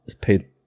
paid